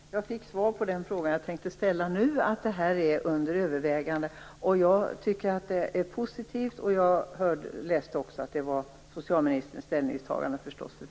Herr talman! Jag fick svaret på den fråga som jag tänkte ställa, att frågan är under övervägande, vilket är positivt. Jag läste också för 14 dagar sedan att detta var socialministerns ställningstagande.